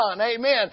amen